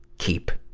keep,